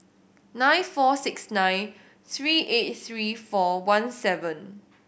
nine four six nine three eight three four one seven